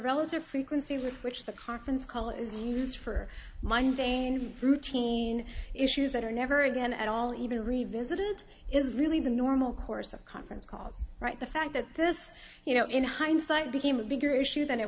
relative frequency with which the conference call is used for minding routine issues that are never again at all even revisited is really the normal course of conference calls right the fact that this you know in hindsight became a bigger issue than it